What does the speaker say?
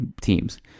teams